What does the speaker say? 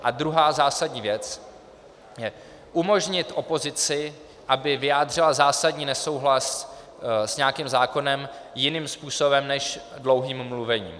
A druhá zásadní věc: umožnit opozici, aby vyjádřila zásadní nesouhlas s nějakým zákonem jiným způsobem než dlouhým mluvením.